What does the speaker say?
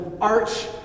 arch